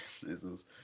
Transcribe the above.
Jesus